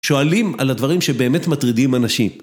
שואלים על הדברים שבאמת מטרידים אנשים.